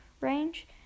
range